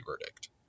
verdict